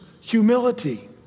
Humility